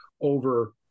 over